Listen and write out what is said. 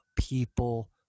people